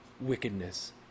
wickedness